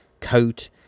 coat